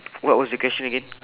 what what was your question again